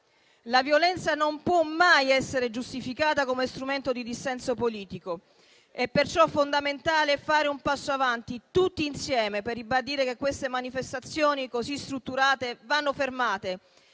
La violenza non può mai essere giustificata come strumento di dissenso politico, perciò è fondamentale fare un passo avanti tutti insieme, per ribadire che queste manifestazioni così strutturate vanno fermate,